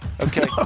Okay